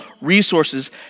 resources